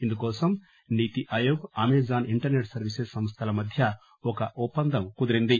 దుకోసం NITI Aayog Amazon internet service సంస్థల మధ్య ఒక ఒప్పందం కుదిరింది